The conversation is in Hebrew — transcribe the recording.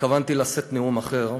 התכוונתי לשאת נאום אחר.